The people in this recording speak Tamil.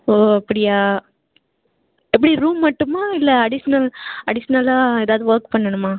ஓ அப்படியா எப்படி ரூம் மட்டுமா இல்லை அடிஷ்னல் அடிஷ்னலாக எதாவது ஒர்க் பண்ணனுமா